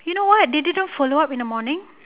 you know what they didn't follow up in the morning